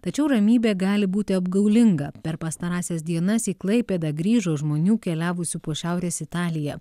tačiau ramybė gali būti apgaulinga per pastarąsias dienas į klaipėdą grįžo žmonių keliavusių po šiaurės italiją